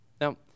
Now